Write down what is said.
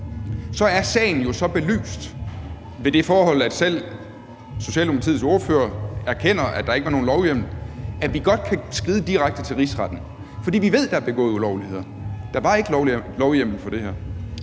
os – sagen er jo så belyst ved det forhold, at selv Socialdemokratiets ordfører erkender, at der ikke var nogen lovhjemmel – kunne vi godt skride direkte til Rigsretten, for vi ved, at der er begået ulovligheder. Der var ikke lovhjemmel til det her.